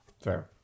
Fair